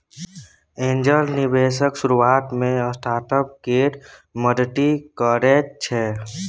angel निबेशक शुरुआत मे स्टार्टअप केर मदति करैत छै